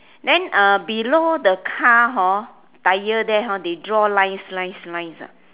then uh below the car hor tyre there hor they draw lines lines lines ah